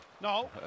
No